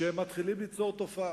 שמתחילים ליצור תופעה.